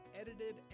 edited